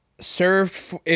served